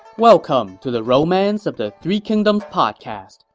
welcome to the romance of the three kingdoms podcast.